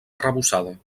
arrebossada